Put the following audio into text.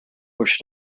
which